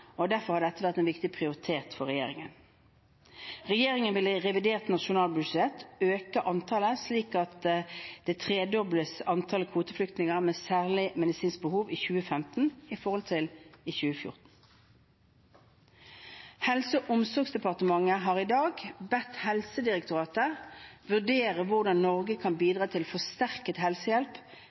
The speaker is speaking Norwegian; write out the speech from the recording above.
og derfor har dette vært en viktig prioritet for regjeringen. Regjeringen vil i revidert nasjonalbudsjett tredoble antallet kvoteflyktninger med særlige medisinske behov i 2015 i forhold til i 2014. Helse- og omsorgsdepartementet har i dag bedt Helsedirektoratet vurdere hvordan Norge kan bidra til forsterket helsehjelp